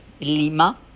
Lima